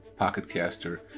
Pocketcaster